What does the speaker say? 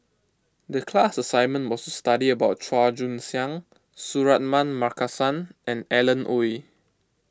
the class assignment was to study about Chua Joon Siang Suratman Markasan and Alan Oei